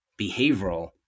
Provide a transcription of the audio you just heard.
behavioral